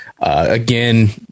Again